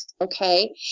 Okay